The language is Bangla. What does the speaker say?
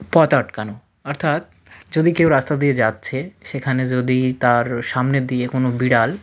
পথ আটকানো অর্থাৎ যদি কেউ রাস্তা দিয়ে যাচ্ছে সেখানে যদি তার সামনে দিয়ে কোনো বিড়াল